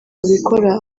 babikora